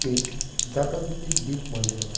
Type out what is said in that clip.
ती जाता तितली डीप मारली वता